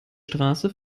straße